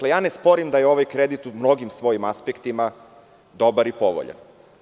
Ne sporim da je ovaj kredit u mnogim svojim aspektima dobar i povoljan.